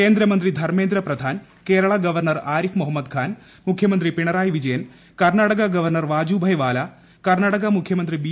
കേന്ദ്രമന്ത്രി ധർമേന്ദ്ര പ്രധാൻ കേരള ഗവർണർ ആരിഫ് മുഹമ്മദ് ഖാൻ മുഖ്യമന്ത്രി പിണറായി വിജയൻ കർണാടക ഗവർണർ വാജുഭായ് വാല കർണാടക മുഖ്യമന്ത്രി ബി